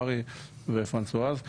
בארי ופרנסואז,